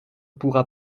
pourra